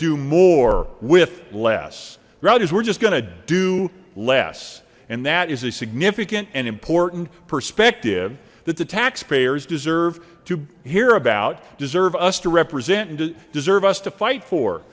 do more with less rodgers we're just going to do less and that is a significant and important perspective that the taxpayers deserve to hear about deserve us to represent and to deserve us to fight for